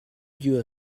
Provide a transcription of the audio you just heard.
you